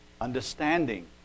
Understanding